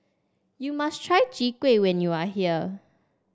you must try Chwee Kueh when you are here